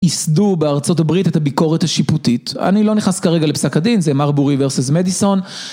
ייסדו בארצות הברית את הביקורת השיפוטית. אני לא נכנס כרגע לפסק הדין, זה מר בורי vs מדיסון